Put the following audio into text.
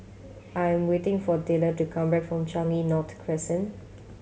I'm waiting for Taylor to come back from Changi North Crescent